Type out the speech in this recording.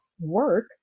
work